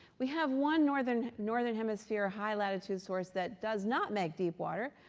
we have one northern northern hemisphere, high latitude source that does not make deep water,